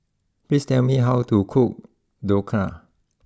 please tell me how to cook Dhokla